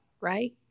Right